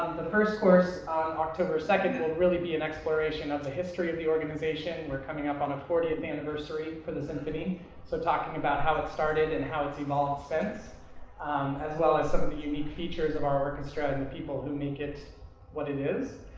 the first course on october second will really be an exploration of the history of the organization. we're coming up on the fortieth anniversary for the symphony so talking about how it started and how it's evolved since as well as some of the unique features of our orchestra and and people who make it what it is.